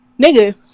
Nigga